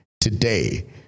today